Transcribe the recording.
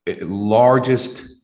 largest